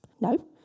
No